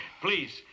Please